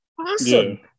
awesome